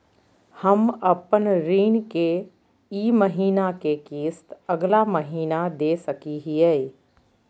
हम अपन ऋण के ई महीना के किस्त अगला महीना दे सकी हियई?